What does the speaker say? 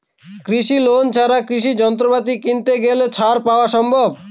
কৃষি লোন ছাড়া কৃষি যন্ত্রপাতি কিনতে গেলে ছাড় পাওয়া সম্ভব?